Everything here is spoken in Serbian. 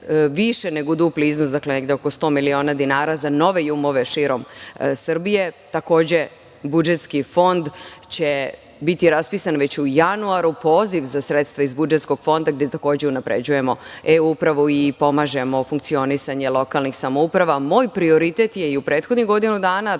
više nego dupli iznos, negde oko 100 miliona dinara za nove jumove širom Srbije. Takođe, budžetski fond će biti raspisan već u januaru, poziv za sredstva iz budžetskog fonda, gde takođe unapređujemo e-upravu i pomažemo funkcionisanje lokalnih samouprava. Moj prioritet je i u prethodnih godinu dana,